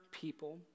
people